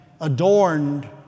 adorned